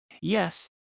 Yes